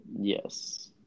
Yes